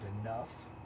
enough